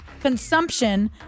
consumption